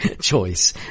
choice